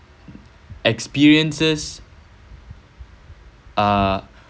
experiences uh